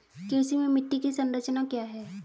कृषि में मिट्टी की संरचना क्या है?